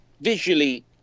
visually